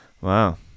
Wow